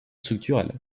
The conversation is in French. structurels